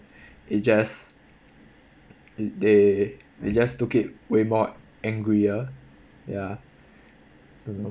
it just they they just took it way more angrier ya don't know